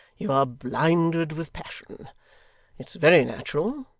you are blinded with passion it's very natural,